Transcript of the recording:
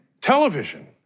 television